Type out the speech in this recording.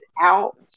out